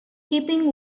keeping